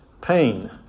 pain